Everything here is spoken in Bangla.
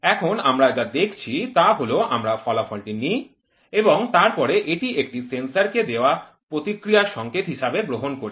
এখন আমরা যা দেখছি তা হল আমরা ফলাফলটি নিই এবং তারপরে এটি একটি সেন্সর কে দেওয়া প্রতিক্রিয়া সংকেত হিসাবে গ্রহণ করি